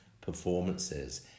performances